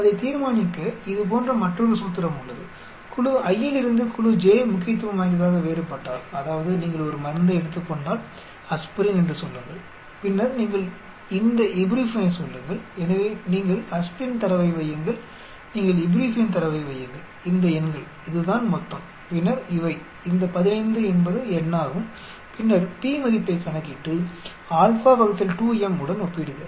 அதைத் தீர்மானிக்க இது போன்ற மற்றொரு சூத்திரம் உள்ளது குழு i இலிருந்து குழு j முக்கியத்துவம் வாய்ந்ததாக வேறுபட்டால் அதாவது நீங்கள் ஒரு மருந்தை எடுத்துக் கொண்டால் ஆஸ்பிரின் என்று சொல்லுங்கள் பின்னர் நீங்கள் இந்த இப்யூபுரூஃபனை சொல்லுங்கள் எனவே நீங்கள் ஆஸ்பிரின் தரவை வையுங்கள் நீங்கள் இப்யூபுரூஃபன் தரவை வையுங்கள் இந்த எண்கள் இதுதான் மொத்தம் பின்னர் இவை இந்த 15 என்பது எண்ணாகும் பின்னர் p மதிப்பைக் கணக்கிட்டு உடன் ஒப்பிடுக